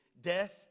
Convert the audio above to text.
death